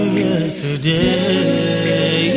yesterday